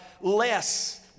less